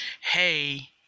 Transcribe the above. Hey